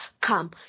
Come